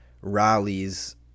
rallies